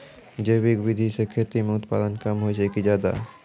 जैविक विधि से खेती म उत्पादन कम होय छै कि ज्यादा?